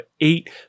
eight